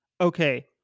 okay